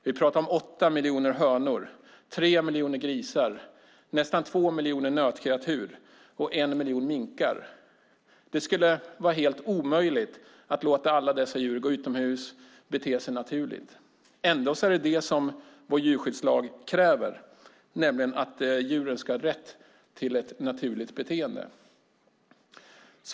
Vi pratar om 8 miljoner hönor, 3 miljoner grisar, nästan 2 miljoner nötkreatur och 1 miljon minkar. Det skulle vara helt omöjligt att låta alla dessa djur gå utomhus och bete sig naturligt. Ändå kräver vår djurskyddslag att djuren ska ha rätt till ett naturligt beteende.